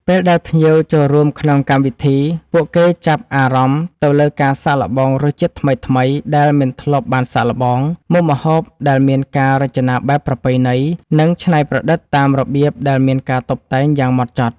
ពេលដែលភ្ញៀវចូលរួមក្នុងកម្មវិធី ពួកគេចាប់អារម្មណ៍ទៅលើការសាកល្បងរសជាតិថ្មីៗដែលមិនធ្លាប់បានសាកល្បង មុខម្ហូបដែលមានការរចនាបែបប្រពៃណី និងច្នៃប្រឌិតតាមរបៀបដែលមានការតុបតែងយ៉ាងម៉ត់ចត់។